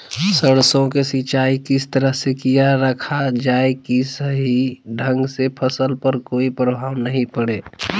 सरसों के सिंचाई किस तरह से किया रखा जाए कि सही ढंग से फसल पर कोई प्रभाव नहीं पड़े?